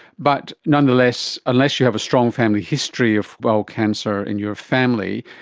but nonetheless, unless you have a strong family history of bowel cancer in your family,